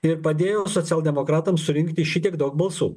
ir padėjo socialdemokratams surinkti šitiek daug balsų